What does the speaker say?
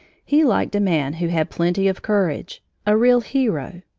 he liked a man who had plenty of courage a real hero.